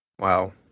Wow